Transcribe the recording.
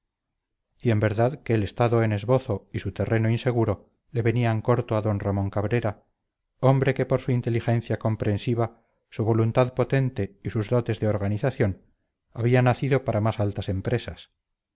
y en verdad que el estado en esbozo y su terreno inseguro le venían corto a d ramón cabrera hombre que por su inteligencia comprensiva su voluntad potente y sus dotes de organización había nacido para más altas empresas